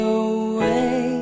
away